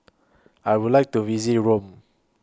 I Would like to visit Rome